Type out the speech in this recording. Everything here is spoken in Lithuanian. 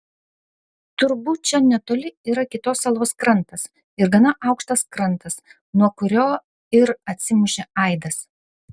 turbūt čia netoli yra kitos salos krantas ir gana aukštas krantas nuo kurio ir atsimušė aidas